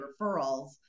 referrals